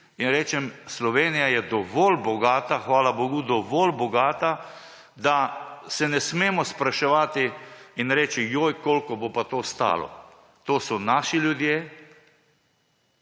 in rečem, Slovenija je dovolj bogata, hvala bodu, dovolj bogata, da se ne smemo spraševati in reči, joj, koliko bo pa to stalo. To so naši ljudje